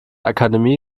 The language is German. akademie